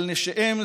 על נשיהם,